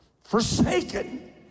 Forsaken